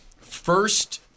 first